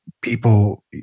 people